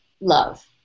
love